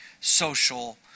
social